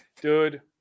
Dude